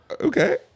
Okay